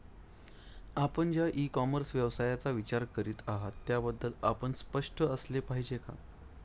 आपण ज्या e commerce व्यवसायाचा विचार करीत आहात त्याबद्दल आपण स्पष्ट असले पाहिजे का?